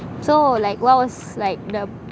so like what was like the